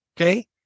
Okay